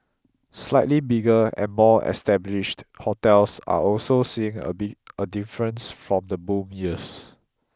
slightly bigger and more established hotels are also seeing a big a difference from the boom years